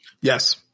Yes